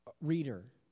reader